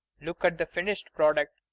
look at the finished product.